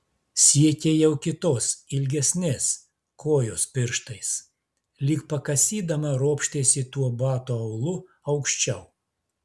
siekė jau kitos ilgesnės kojos pirštais lyg pakasydama ropštėsi tuo bato aulu aukščiau